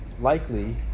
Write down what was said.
likely